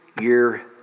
year